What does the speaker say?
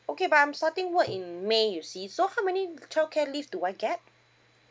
okay but I'm starting work in may you see so how many childcare leave do I get